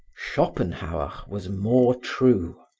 schopenhauer was more true.